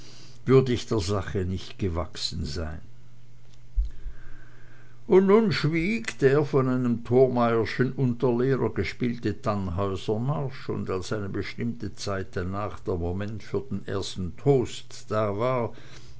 ich der sache nicht gewachsen sein und nun schwieg der von einem thormeyerschen unterlehrer gespielte tannhäusermarsch und als eine bestimmte zeit danach der moment für den ersten toast da war